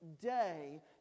day